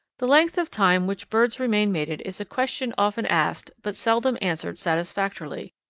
the length of time which birds remain mated is a question often asked but seldom answered satisfactorily.